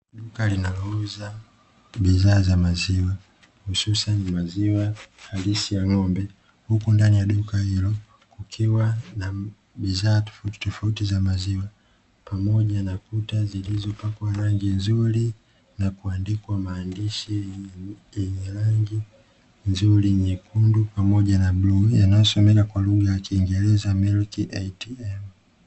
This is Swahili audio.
Duka linalouza bidhaa za maziwa hususani maziwa halisi ya ng'ombe huku ndani ya duka hilo kukiwa na bidhaa tofautitofauti za maziwa, pamoja na kuta zilizopakwa rangi nzuri na kuandikwa maandishi yenye rangi nzuri nyekundu pamoja na bluu, yanayosomeka kwa lugha ya kiingereza "MILK ATM".